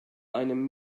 einem